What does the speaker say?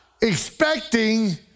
expecting